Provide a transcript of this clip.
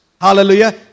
Hallelujah